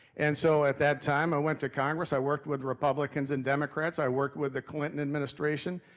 and so at that time, i went to congress, i worked with republicans and democrats, i worked with the clinton administration,